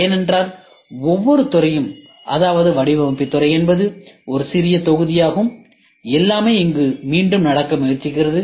ஏனென்றால் ஒவ்வொரு துறையும் அதாவது வடிவமைப்பு துறை என்பது ஒரு சிறிய தொகுதியாகும் எல்லாமே இங்கு மீண்டும் நடக்க முயற்சிக்கிறது